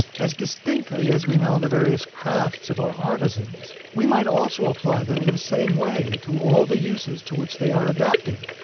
as distinctly as we know the various crafts of our artisans, we might also apply them in the same way to all the uses to which they are adapted,